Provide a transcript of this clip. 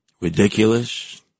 Ridiculous